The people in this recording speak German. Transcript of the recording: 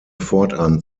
fortan